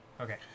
Okay